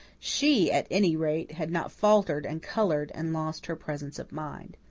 she, at any rate, had not faltered and coloured, and lost her presence of mind.